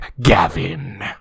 Gavin